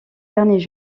derniers